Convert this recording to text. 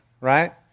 right